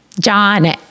John